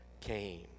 came